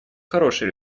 хороший